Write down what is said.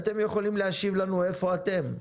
ואתם יכולים להשיב לנו איפה אתם,